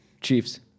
Chiefs